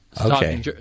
Okay